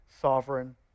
sovereign